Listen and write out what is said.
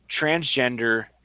transgender